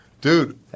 dude